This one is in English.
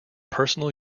personal